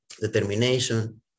Determination